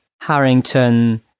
Harrington